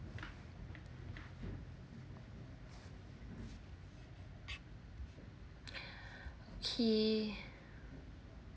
K